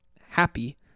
happy